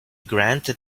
granted